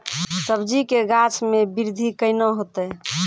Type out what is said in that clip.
सब्जी के गाछ मे बृद्धि कैना होतै?